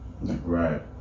Right